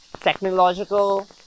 technological